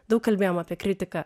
daug kalbėjom apie kritiką